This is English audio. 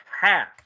half